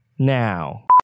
now